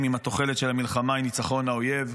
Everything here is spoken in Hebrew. אם התוחלת של המלחמה היא ניצחון האויב,